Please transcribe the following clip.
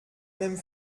même